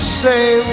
say